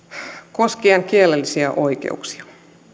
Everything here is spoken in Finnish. koskien kielellisiä oikeuksia